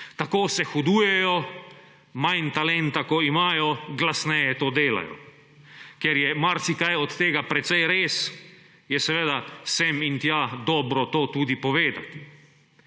Tako se hudujejo, manj talenta ko imajo, glasneje to delajo. Ker je marsikaj od tega precej res, je seveda sem in tja dobro to tudi povedati.